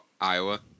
Iowa